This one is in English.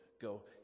go